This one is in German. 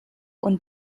und